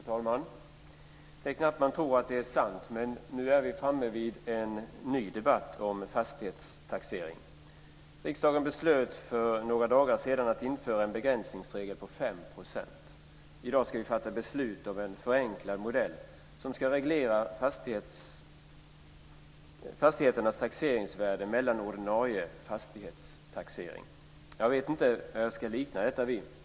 Fru talman! Det är knappt att man tror det är sant, men nu är vi framme vid en ny debatt om fastighetstaxeringen. Riksdagen beslöt för några dagar sedan att införa en begränsningsregel på 5 %. I dag ska vi fatta beslut om en förenklad modell som ska reglera fastigheternas taxeringsvärde mellan ordinarie fastighetstaxeringar. Jag vet inte vad jag ska likna detta vid.